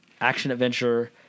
action-adventure